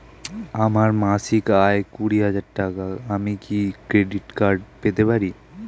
আমার মাসিক আয় কুড়ি হাজার টাকা আমি কি ক্রেডিট কার্ড পেতে পারি?